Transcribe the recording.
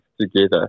together